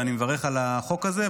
ואני מברך על החוק הזה,